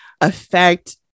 affect